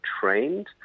trained